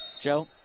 Joe